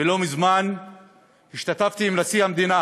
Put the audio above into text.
ולא מזמן השתתפתי עם נשיא המדינה